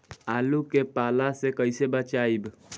आलु के पाला से कईसे बचाईब?